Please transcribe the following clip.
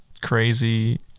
crazy